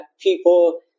people